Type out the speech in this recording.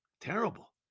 Terrible